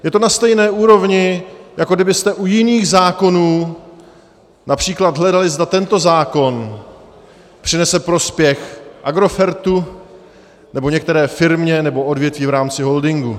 Je to na stejné úrovni, jako kdybyste u jiných zákonů například hledali, zda tento zákon přinese prospěch Agrofertu nebo některé firmě nebo odvětví v rámci holdingu.